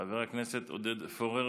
חבר הכנסת עודד פורר,